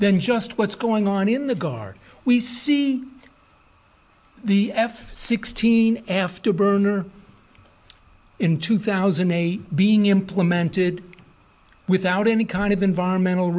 than just what's going on in the guard we see the f sixteen s afterburner in two thousand a being implemented without any kind of environmental